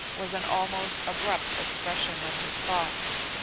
was an almost abrupt expression of his thoughts.